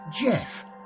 Jeff